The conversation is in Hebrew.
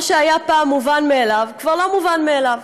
מה שהיה פעם מובן מאליו כבר לא מובן מאליו.